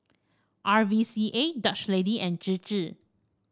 R V C A Dutch Lady and Chir Chir